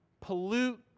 pollute